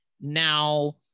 Now